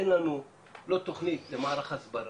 אין לנו תכנית למערך הסברה,